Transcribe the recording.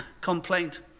complaint